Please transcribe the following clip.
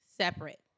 separate